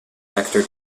actor